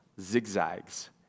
zigzags